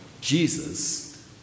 Jesus